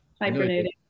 hibernating